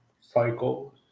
cycle